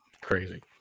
Crazy